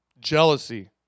Jealousy